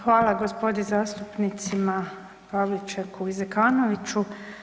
Hvala gospodi zastupnicima Pavličeku i Zekanoviću.